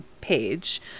page